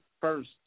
first